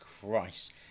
Christ